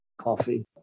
coffee